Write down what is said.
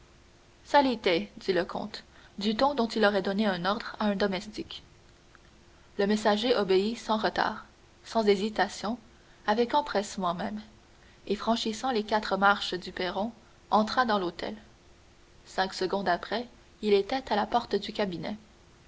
rue salite dit le comte du ton dont il aurait donné un ordre à un domestique le messager obéit sans retard sans hésitation avec empressement même et franchissant les quatre marches du perron entra dans l'hôtel cinq secondes après il était à la porte du cabinet